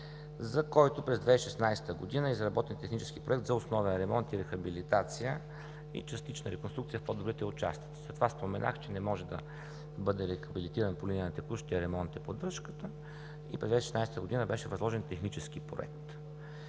за който през 2016 г. е изработен технически проект за основен ремонт и рехабилитация и частична реконструкция в по-добрите участъци. Затова споменах, че не може да бъде рехабилитиран по линия на текущ ремонт и поддръжка и през 2016 г. беше възложен технически проект.